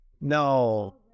No